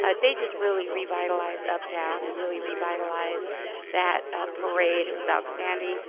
ah they just really revitalized uptown and really revitalized that parade, it was outstanding.